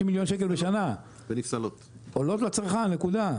450 מיליון שקל בשנה, עולות לצרכן, נקודה.